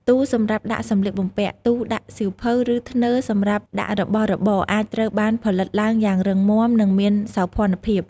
ទូសម្រាប់ដាក់សម្លៀកបំពាក់ ទូដាក់សៀវភៅ ឬធ្នើសម្រាប់ដាក់របស់របរ អាចត្រូវបានផលិតឡើងយ៉ាងរឹងមាំ និងមានសោភ័ណភាព។